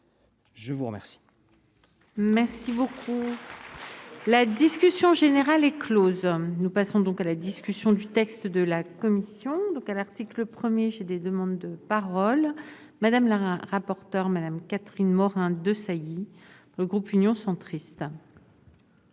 je vous remercie